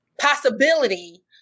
possibility